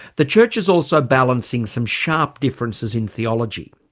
the church is also balancing some sharp differences in theology.